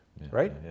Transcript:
right